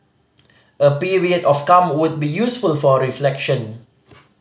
a period of calm would be useful for reflection